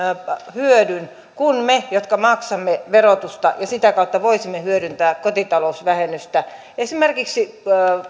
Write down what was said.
hyödyn kuin me jotka maksamme verotusta ja sitä kautta voisivat hyödyntää kotitalousvähennystä esimerkiksi